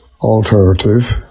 alternative